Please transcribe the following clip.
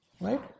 right